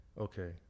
Okay